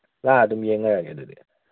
ꯂꯥꯛꯑꯒ ꯑꯗꯨꯝ ꯌꯦꯡꯅꯔꯒꯦ ꯑꯗꯨꯗꯤ